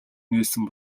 нээсэн